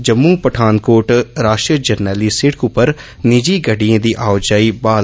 जम्मू पठानकोट राष्ट्रीय जरनैली शिड़क उप्पर निजि गड्डियें दी आओ जाई बहाल